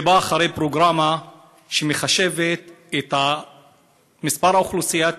זה בא אחרי פרוגרמה שמחשבת את היקף האוכלוסייה,